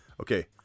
Okay